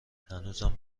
هنوزم